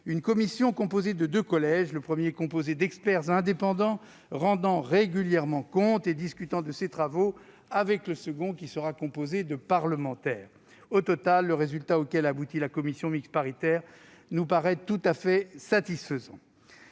-une commission composée de deux collèges : le premier constitué d'experts indépendants rendant régulièrement compte et discutant de ses travaux avec le second, qui sera constitué de parlementaires. Au total, le résultat auquel a abouti la commission mixte paritaire nous paraît tout à fait satisfaisant.